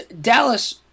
Dallas